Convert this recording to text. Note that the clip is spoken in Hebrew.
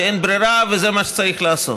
שאין ברירה וזה מה שצריך לעשות,